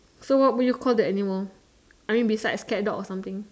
so what would you call the animal I mean besides cat dog or something